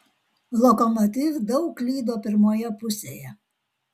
lokomotiv daug klydo pirmoje pusėje